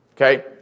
okay